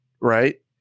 right